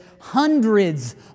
hundreds